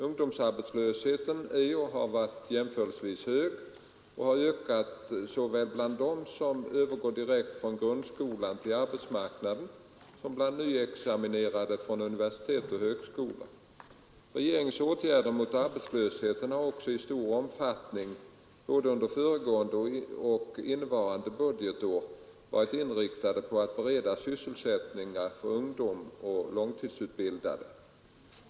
Ungdomsarbetslösheten är och har varit jämförelsevis hög och har ökat såväl bland dem som övergår direkt från grundskolan till arbetsmarknaden som bland nyutexaminerade från universitet och högskolor. Regeringens åtgärder mot arbetslösheten har också i stor omfattning under både föregående och innevarande budgetår varit inriktade på att bereda sysselsättning för ungdomar och långtidsutbildade.